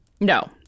No